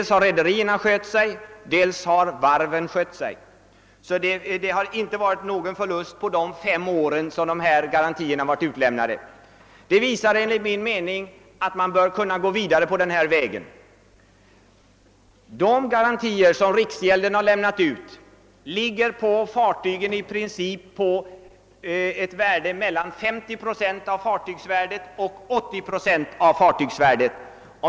Såväl rederierna som varven har skött sig, och därför har det inte uppstått någon förlust under de fem år garantierna lämnats. Enligt min mening visar detta att man bör kunna gå vidare på den här vägen. De garantier som riksgäldskontoret lämnat ligger i fråga om fartygen på melian 50 och 80 procent av fartygsvärdet.